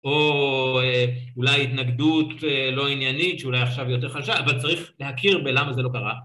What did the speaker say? או אולי התנגדות לא עניינית, שאולי עכשיו היא יותר חלשה, אבל צריך להכיר בלמה זה לא קרה.